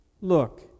Look